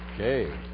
okay